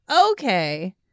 Okay